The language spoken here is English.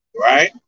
Right